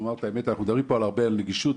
אנחנו מדברים פה הרבה על נגישות,